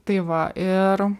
tai va ir